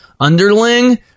underling